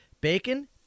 Bacon